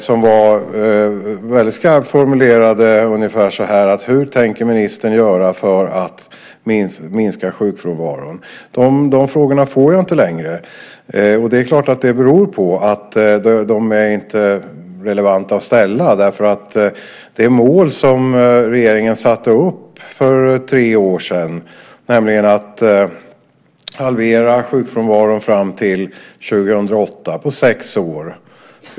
De var väldigt skarpt formulerade ungefär så här: Hur tänker ministern göra för att minska sjukfrånvaron? De frågorna får jag inte längre, och det är klart att det beror på att de inte är relevanta att ställa. Regeringen satte för tre år sedan upp ett mål, nämligen att halvera sjukfrånvaron fram till 2008, på sex år.